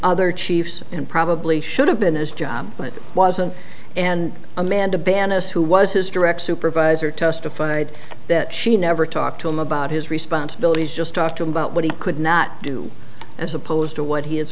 other chiefs and probably should have been his job but it wasn't and amanda banus who was his direct supervisor testified that she never talked to him about his responsibilities just talk to him about what he could not do as opposed to what he